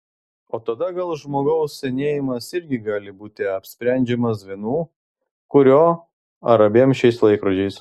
o tada gal žmogaus senėjimas irgi gali būti apsprendžiamas vienu kuriuo ar abiem šiais laikrodžiais